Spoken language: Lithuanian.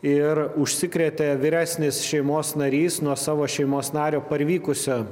ir užsikrėtė vyresnis šeimos narys nuo savo šeimos nario parvykusio